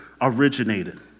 originated